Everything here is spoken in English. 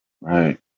Right